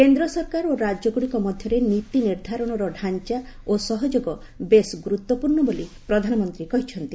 କେନ୍ଦ୍ର ସରକାର ଓ ରାଜ୍ୟଗୁଡ଼ିକ ମଧ୍ୟରେ ନୀତି ନିର୍ଦ୍ଧାରଣର ଢ଼ାଞ୍ଚା ଓ ସହଯୋଗ ବେଶ୍ ଗୁରୁତ୍ୱପୂର୍ଣ୍ଣ ବୋଲି ପ୍ରଧାନମନ୍ତ୍ରୀ କହିଛନ୍ତି